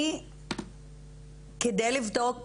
כדי לבדוק